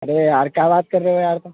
अरे यार क्या बात कर रहे हो यार तुम